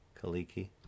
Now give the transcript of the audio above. Kaliki